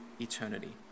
eternity